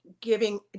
giving